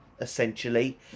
essentially